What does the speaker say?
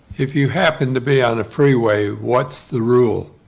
if you happen to be on a freeway, what's the rule?